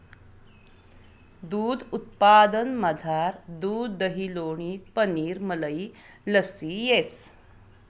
दूध उत्पादनमझार दूध दही लोणी पनीर मलई लस्सी येस